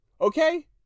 Okay